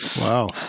Wow